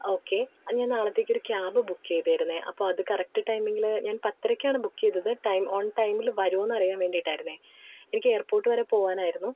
okay ആ ഞാന് നാളത്തേക്ക് ഒര് ക്യാബ് ബുക്ക് ചെയ്തിരുന്നത് അപ്പോൾ അത് കറക്ട് ടൈമിങ്ങിൽ ഞാന് പത്തരയ്ക്കാണ് ബുക്ക് ചെയ്തത് ടൈം ഓണ് ടൈമിൽ വരുമോയെന്ന് അറിയാന് വേണ്ടിയിട്ടായിരിന്നു എനിക്ക് എയര്പോര്ട്ട് വരെ പോവാനായിരുന്നു